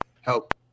help